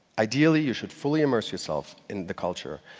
ideally, you should fully immerse yourself in the culture.